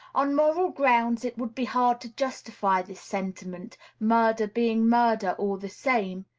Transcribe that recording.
on moral grounds it would be hard to justify this sentiment, murder being murder all the same,